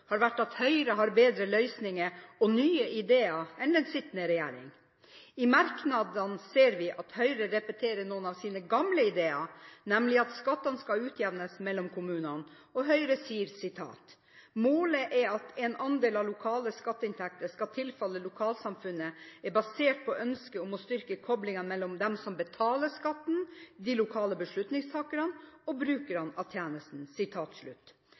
har vært at Høyre har bedre løsninger enn den sittende regjering, og nye ideer. I merknadene ser vi at Høyre repeterer noen av sine gamle ideer, nemlig at skattene skal utjevnes mellom kommunene. Høyre sier: «Målet om at en andel av lokale skatteinntekter skal tilfalle lokalsamfunnet er basert på ønsket om å styrke koblingen mellom de som betaler skatten, de lokale beslutningstagerne, og brukerne av